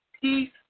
Peace